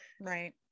Right